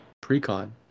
pre-con